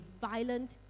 violent